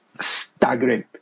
Staggering